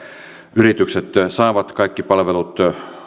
yritykset saavat kaikki palvelut